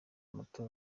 moto